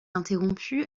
interrompue